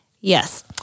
Yes